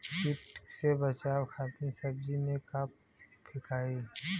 कीट से बचावे खातिन सब्जी में का फेकाई?